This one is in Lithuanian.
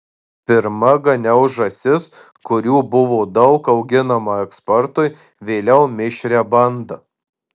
pirma ganiau žąsis kurių buvo daug auginama eksportui vėliau mišrią bandą